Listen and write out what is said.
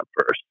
first